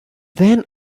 then